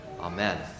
Amen